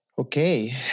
Okay